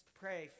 pray